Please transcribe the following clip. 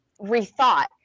rethought